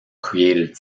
created